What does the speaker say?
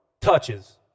touches